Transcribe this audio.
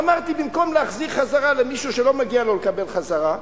אמרתי: במקום להחזיר למישהו שלא מגיע לו לקבל חזרה,